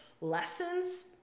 lessons